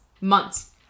months